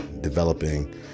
developing